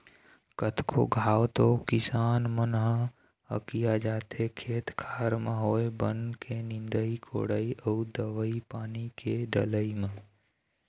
कतको घांव तो किसान मन ह हकिया जाथे खेत खार म होवई बन के निंदई कोड़ई अउ दवई पानी के डलई म